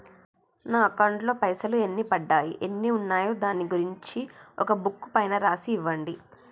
నా అకౌంట్ లో పైసలు ఎన్ని పడ్డాయి ఎన్ని ఉన్నాయో దాని గురించి ఒక బుక్కు పైన రాసి ఇవ్వండి?